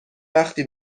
وقتی